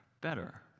better